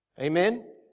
Amen